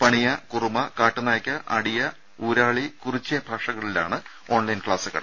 പണിയ കുറുമ കാട്ടുനായ്ക്ക അടിയ ഊരാളി കുറിച്യ ഭാഷകളിലാണ് ഓൺലൈൻ ക്ലാസുകൾ